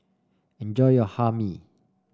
enjoy your Hae Mee